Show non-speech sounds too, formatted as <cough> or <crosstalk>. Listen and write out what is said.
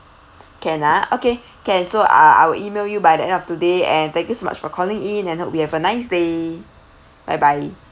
can ah okay <breath> can so I I will email you by the end of today and thank you so much for calling in and hope you have a nice day bye bye